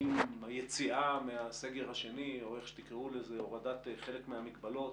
עם היציאה מהסגר השני והורדת חלק מהמגבלות,